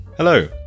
Hello